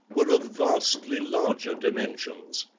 were of vastly larger dimensions.